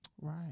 Right